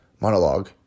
monologue